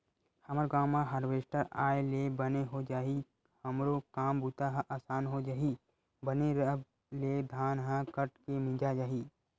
हमर गांव म हारवेस्टर आय ले बने हो जाही हमरो काम बूता ह असान हो जही बने रब ले धान ह कट के मिंजा जाही